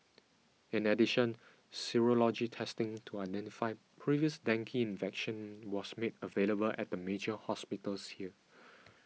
in addition serology testing to identify previous dengue infection was made available at the major hospitals here